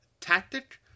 tactic